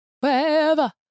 Wherever